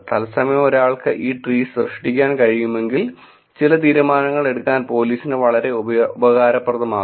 തത്സമയം ഒരാൾക്ക് ഈ ട്രീസ് സൃഷ്ടിക്കാൻ കഴിയുമെങ്കിൽ ചില തീരുമാനങ്ങൾ എടുക്കാൻ പോലീസിന് വളരെ ഉപകാരപ്രദമാകും